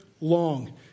long